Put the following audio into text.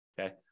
Okay